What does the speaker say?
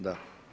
Da.